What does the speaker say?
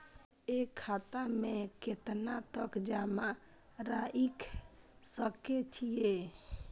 एक खाता में केतना तक जमा राईख सके छिए?